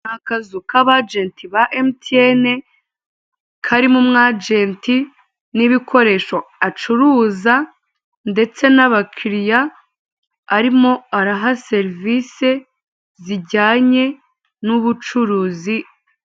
Akazu k'abajeti ba emutiyene karimo umwagenti n'ibikoresho acuruza, ndetse n'abakiriya arimo araha serivisi zijyanye n'ubucuruzi.